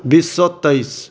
बीस सए तेइस